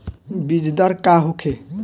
बीजदर का होखे?